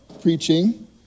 preaching